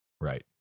Right